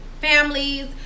families